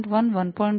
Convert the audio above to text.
1 1